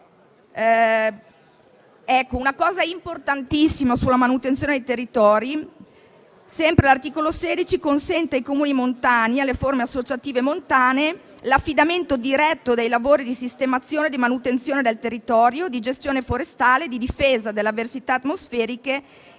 davvero importante sulla manutenzione dei territori: sempre l'articolo 16 consente ai Comuni montani e alle forme associative montane l'affidamento diretto dei lavori di sistemazione e di manutenzione del territorio, di gestione forestale, di difesa dall'avversità atmosferiche e dagli